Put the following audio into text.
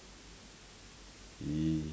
!ee!